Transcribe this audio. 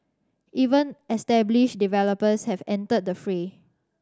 even established developers have entered the fray